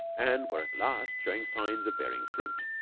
and were at last showing signs of bearing fruit.